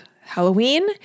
Halloween